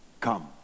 Come